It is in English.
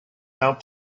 out